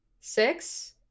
six